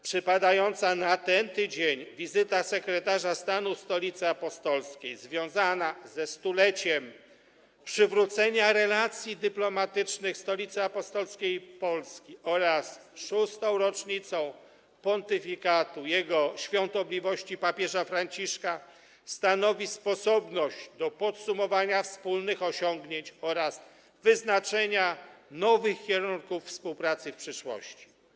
Przypadająca na ten tydzień wizyta sekretarza stanu Stolicy Apostolskiej związana ze 100-leciem przywrócenia relacji dyplomatycznych Stolicy Apostolskiej i Polski oraz 6. rocznicą pontyfikatu Jego Świątobliwości papieża Franciszka stanowi sposobność do podsumowania wspólnych osiągnięć oraz wyznaczenia nowych kierunków współpracy w przyszłości.